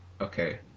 Okay